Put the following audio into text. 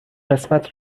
قسمت